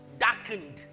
darkened